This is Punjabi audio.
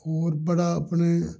ਹੋਰ ਬੜਾ ਆਪਣੇ